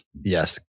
Yes